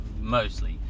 mostly